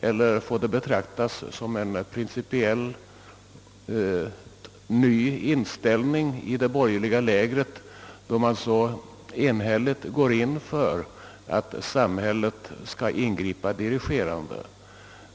Eller skall detta betraktas som ett utslag av en principiellt ny inställning i det borgerliga lägret, då man så enhälligt går in för att samhället skall ingripa dirigerande?